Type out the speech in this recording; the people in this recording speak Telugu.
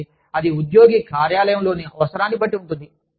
కాబట్టి అది ఉద్యోగి కార్యాలయంలోని అవసరాన్ని బట్టి ఉంటుంది